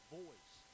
voice